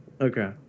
okay